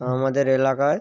আমাদের এলাকায়